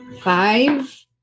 Five